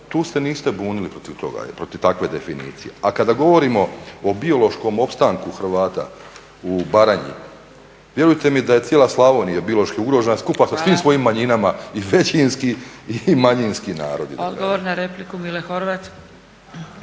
Tu se niste bunili protiv toga i protiv takve definicije. A kada govorimo o biološkom opstanku Hrvata u Baranji, vjerujte mi da je cijela Slavonija biološki ugrožena skupa sa svim svojim manjinama i većinskim i manjinskim narodima.